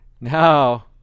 now